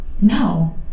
no